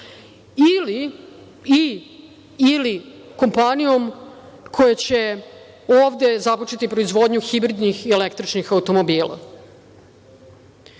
ili/i kompanijom koja će ovde započeti proizvodnju hibridnih i električnih automobila.Za